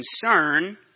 concern